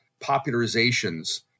popularizations